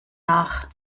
nach